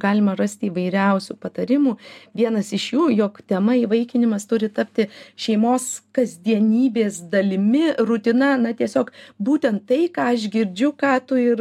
galima rasti įvairiausių patarimų vienas iš jų jog tema įvaikinimas turi tapti šeimos kasdienybės dalimi rutina na tiesiog būtent tai ką aš girdžiu ką tu ir